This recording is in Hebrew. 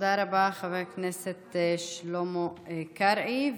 תודה רבה, חבר הכנסת שלמה קרעי.